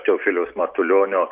teofiliaus matulionio